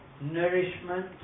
nourishment